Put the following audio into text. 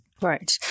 Right